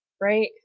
Right